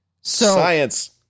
Science